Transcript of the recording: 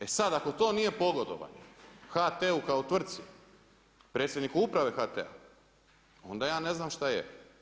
E sada ako to nije pogodovanje HT-u kao tvrci, predsjedniku uprave HT-a onda ja ne znam šta je.